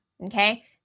okay